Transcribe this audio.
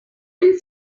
will